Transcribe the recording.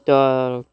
ତ